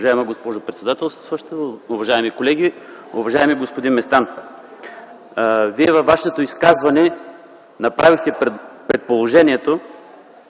Вие във вашето изказване направихте предположението,